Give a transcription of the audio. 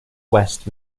west